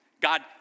God